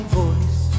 voice